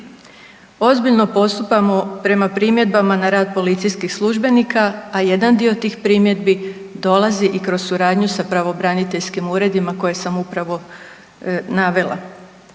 Ozbiljno postupamo prema primjedbama na rad policijskih službenika, a jedan dio tih primjedbi dolazi i kroz suradnju sa pravobraniteljskim uredima koje sam upravo navela.